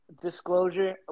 disclosure